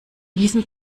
diesem